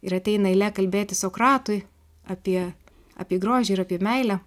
ir ateina eilė kalbėti sokratui apie apie grožį ir apie meilę